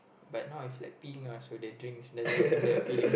but not if like peeing lah so their drinks doesn't seem that appealing